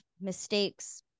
mistakes